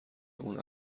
اون